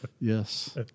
Yes